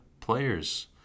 players